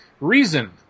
Reason